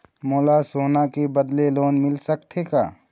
मोला सोना के बदले लोन मिल सकथे का?